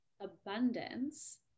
abundance